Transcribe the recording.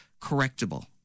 correctable